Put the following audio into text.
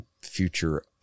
future